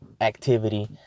activity